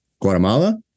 Guatemala